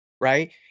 right